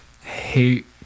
hate